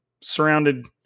surrounded